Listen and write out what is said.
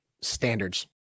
standards